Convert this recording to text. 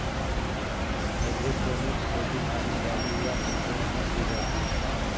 hydroponics खेती पानी, बालू, या कंकड़ों में की जाती है